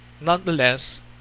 nonetheless